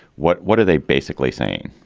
what what are they basically saying?